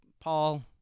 Paul